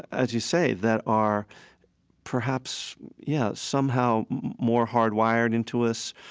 as you say, that are perhaps, yeah, somehow more hardwired into us.